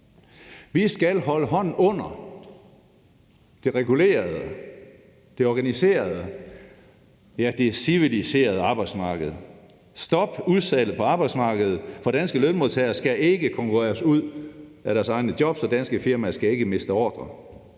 Vi skal holde hånden under det regulerede, det organiserede, ja, det civiliserede arbejdsmarked. Stop udsalget på arbejdsmarkedet! For danske lønmodtagere skal ikke konkurreres ud af deres egne jobs, og danske firmaer skal ikke miste ordrer.